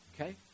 okay